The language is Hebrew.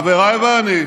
חבריי ואני,